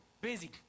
Busy